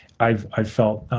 i've i've felt,